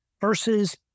versus